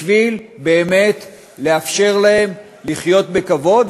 בשביל באמת לאפשר להם לחיות בכבוד,